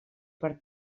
per